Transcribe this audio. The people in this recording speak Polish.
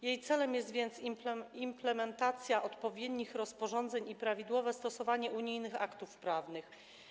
Jej celem jest więc implementacja odpowiednich rozporządzeń i prawidłowe stosowanie unijnych aktów prawnych.